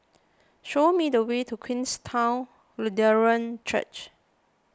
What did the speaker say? show me the way to Queenstown Lutheran Church